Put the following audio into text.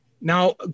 Now